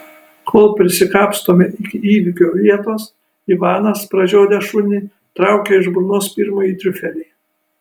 kol prisikapstome iki įvykio vietos ivanas pražiodęs šunį traukia iš burnos pirmąjį triufelį